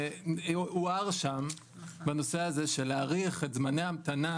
הוער שם שהנושא הזה של להאריך את זמני ההמתנה,